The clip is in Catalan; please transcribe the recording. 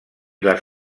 les